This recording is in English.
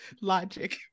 logic